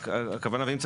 והעניין של הפיקוח והמעקב?